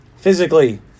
physically